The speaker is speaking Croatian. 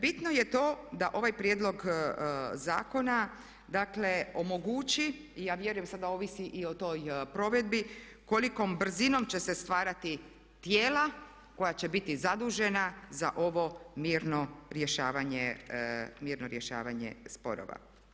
Bitno je to da ovaj prijedlog zakona, dakle omogući i ja vjerujem sada ovisi i o toj provedbi kolikom brzinom će se stvarati tijela koja će biti zadužena za ovo mirno rješavanje sporova.